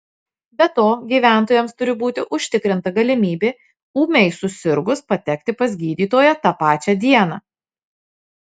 be to gyventojams turi būti užtikrinta galimybė ūmiai susirgus patekti pas gydytoją tą pačią dieną